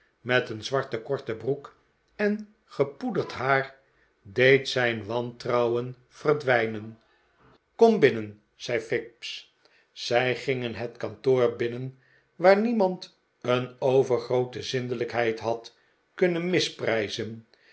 met e'en zwarte korte broek en gepoederd haar deed zijn wantrouwen verdwijnen komt binnen zei fips zij gingen het kantoor binnen waar niemand een overgroote zindelijkheid had kunnen misprijzen